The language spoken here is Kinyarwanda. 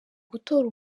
gutora